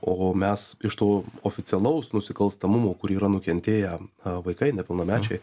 o mes iš to oficialaus nusikalstamumo kur yra nukentėję vaikai nepilnamečiai